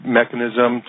mechanism